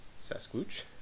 Sasquatch